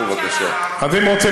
אתה מכניס דברים לפי שלא אמרתי,